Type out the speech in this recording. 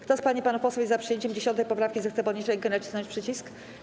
Kto z pań i panów posłów jest za przyjęciem 10. poprawki, zechce podnieść rękę i nacisnąć przycisk.